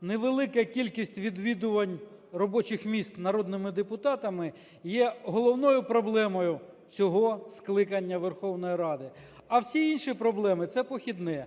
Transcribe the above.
невелика кількість відвідувань робочих місць народними депутатами є головною проблемою цього скликання Верховної Ради. А всі інші проблеми – це похідне.